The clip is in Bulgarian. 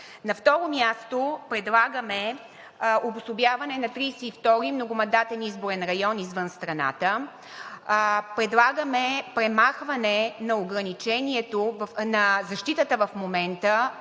На второ място, предлагаме обособяване на 32-ри многомандатен избирателен район извън страната. Предлагаме премахване на защитата в момента